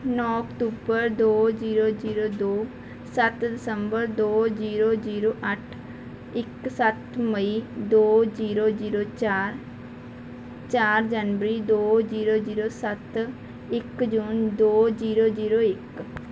ਨੌਂ ਅਕਤੂਬਰ ਦੋ ਜੀਰੋ ਜੀਰੋ ਦੋ ਸੱਤ ਦਸੰਬਰ ਦੋ ਜੀਰੋ ਜੀਰੋ ਅੱਠ ਇੱਕ ਸੱਤ ਮਈ ਦੋ ਜੀਰੋ ਜੀਰੋ ਚਾਰ ਚਾਰ ਜਨਵਰੀ ਦੋ ਜੀਰੋ ਜੀਰੋ ਸੱਤ ਇੱਕ ਜੂਨ ਦੋ ਜੀਰੋ ਜੀਰੋ ਇੱਕ